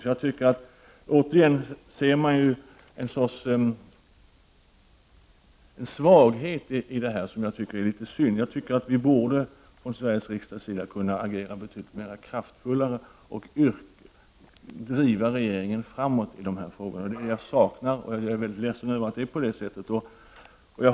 Det är synd att man återigen ser en svaghet i detta. Vi borde från Sveriges sida i stället kunna agera betydligt mer kraftfullt och driva regeringen framåt i dessa frågor. Jag saknar detta och är ledsen över att det är på det sättet.